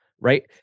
right